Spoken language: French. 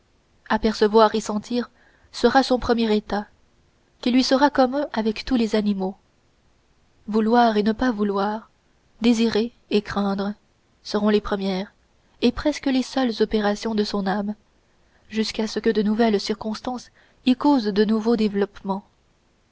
apercevoir et sentir sera son premier état qui lui sera commun avec tous les animaux vouloir et ne pas vouloir désirer et craindre seront les premières et presque les seules opérations de son âme jusqu'à ce que de nouvelles circonstances y causent de nouveaux développements